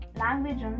language